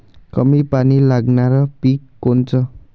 कमी पानी लागनारं पिक कोनचं?